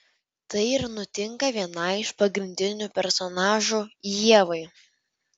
tai ir nutinka vienai iš pagrindinių personažų ievai